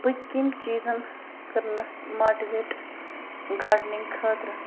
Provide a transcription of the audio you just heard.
بہٕ کَمۍ چیٖزَن کٔرنَس ماٹِویٹ گاڈنِنٛگ خٲطرٕ